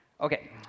Okay